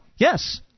Yes